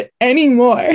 anymore